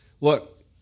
Look